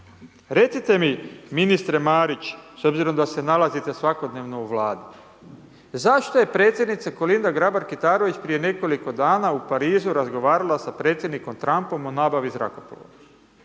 Recite mi ministre Marić, s obzirom da se nalazite svakodnevno u Vladi, zašto je Predsjednica Kolinda Grabar Kitarović, prije nekoliko dana u Parizu razgovarala sa Predsjednikom Trumpom o nabavi zrakoplova,